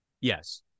yes